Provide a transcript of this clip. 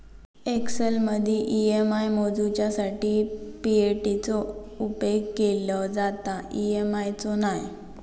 एक्सेलमदी ई.एम.आय मोजूच्यासाठी पी.ए.टी चो उपेग केलो जाता, ई.एम.आय चो नाय